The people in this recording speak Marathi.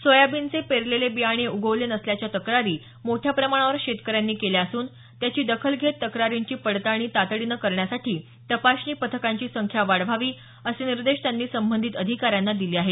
सोयाबीनचे पेरलेले बियाणे उगवले नसल्याच्या तक्रारी मोठ्या प्रमाणावर शेतकऱ्यांनी केल्या असून त्याची दखल घेत तक्रारीची पडताळणी तातडीनं करण्यासाठी तपासणी पथकाची संख्या वाढवावी असे निर्देश त्यांनी संबंधित अधिकाऱ्यांना दिले आहेत